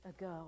ago